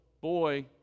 boy